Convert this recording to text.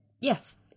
Yes